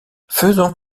faisons